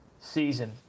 season